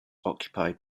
occupied